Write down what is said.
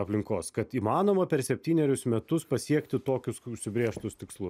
aplinkos kad įmanoma per septynerius metus pasiekti tokius užsibrėžtus tikslus